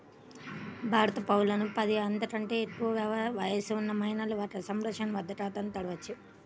భారత పౌరులకు పది, అంతకంటే ఎక్కువ వయస్సు ఉన్న మైనర్లు ఒక సంరక్షకుని వద్ద ఖాతాను తెరవవచ్చు